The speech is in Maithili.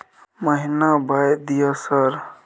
महीना बाय दिय सर?